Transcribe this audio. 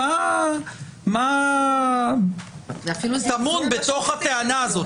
מה טמון בתוך הטענה הזאת?